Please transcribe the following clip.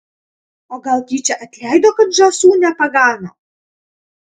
o gal tyčia atleido kad žąsų nepagano